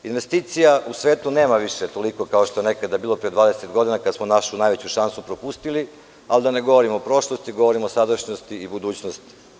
Investicija u svetu nema više toliko kao što je nekada bilo pre 20 godina kada smo našu najveću šansu propustili, ali da ne govorim o prošlosti, govorim o sadašnjosti i budućnosti.